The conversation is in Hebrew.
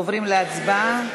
עוברים להצבעה.